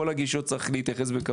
כל הגישות צריכות להתייחס בכבוד.